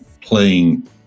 playing